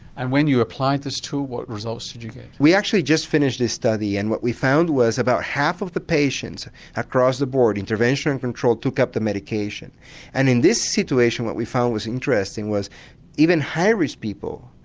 and when you applied this tool what results did you get? we actually just finished this study and what we found was that about half of the patients across the board, intervention control took up the medication and in this situation what we found was interesting was even high risk people,